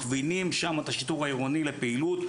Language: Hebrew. מכווינים את השיטור העירוני לפעילות שם,